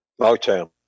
Motown